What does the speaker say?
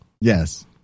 Yes